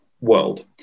world